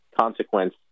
consequence